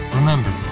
Remember